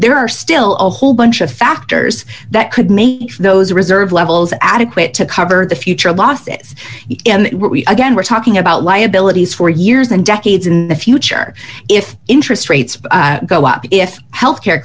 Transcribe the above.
there are still a whole bunch of factors that could make those reserve levels adequate to cover the future losses and again we're talking about liabilities for years and decades in the future if interest rates go up if healthcare